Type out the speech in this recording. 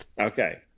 Okay